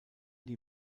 die